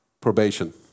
Probation